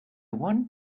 want